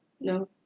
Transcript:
no